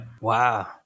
Wow